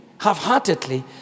half-heartedly